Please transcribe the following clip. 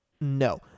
No